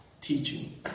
teaching